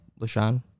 LaShawn